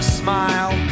smile